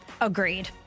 Agreed